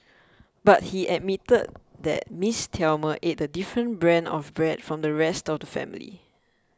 but he admitted that Miss Thelma ate a different brand of bread from the rest of the family